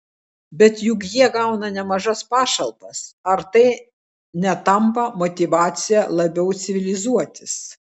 bet juk jie gauna nemažas pašalpas ar tai netampa motyvacija labiau civilizuotis